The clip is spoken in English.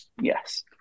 Yes